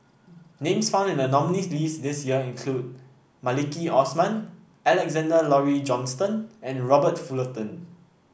names found in the nominees' list this year include Maliki Osman Alexander Laurie Johnston and Robert Fullerton